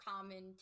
common